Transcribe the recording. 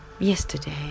yesterday